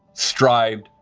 strived,